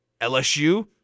LSU